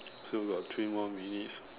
still got three more minutes